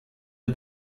der